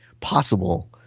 possible